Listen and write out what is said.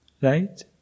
Right